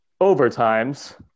overtimes